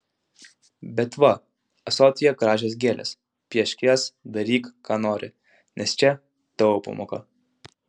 bet va ąsotyje gražios gėlės piešk jas daryk ką nori nes čia tavo pamoka